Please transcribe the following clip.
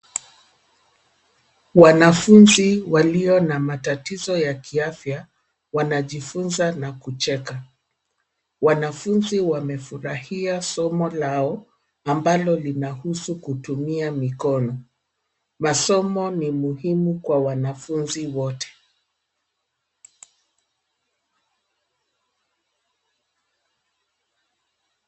Wanafunzi walio na matatizo ya kiafya wanajifunza na kucheka .Wanafunzi wamefurahia somo lao, ambalo linahusu kutumia mikono. Masomo ni muhimu kwa wanafunzi wote.